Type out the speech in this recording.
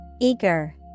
Eager